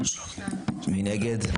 2. מי נגד?